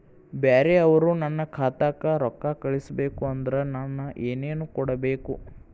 ಬ್ಯಾರೆ ಅವರು ನನ್ನ ಖಾತಾಕ್ಕ ರೊಕ್ಕಾ ಕಳಿಸಬೇಕು ಅಂದ್ರ ನನ್ನ ಏನೇನು ಕೊಡಬೇಕು?